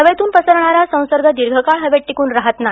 हवेतून पसरणारा संसर्ग दीर्घकाळ हवेत टिकून राहत नाही